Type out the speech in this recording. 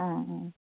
অঁ অঁ